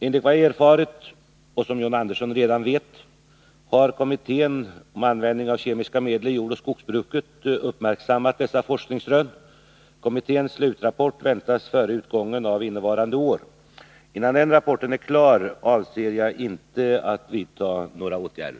Enligt vad jag erfarit, och som John Andersson redan vet, har kommittén om användningen av kemiska medel i jordoch skogsbruket uppmärksammat dessa forskningsrön. Kommitténs slutrapport väntas före utgången av innevarande år. Innan den rapporten är klar avser jag inte att vidta några åtgärder.